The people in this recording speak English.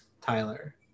Tyler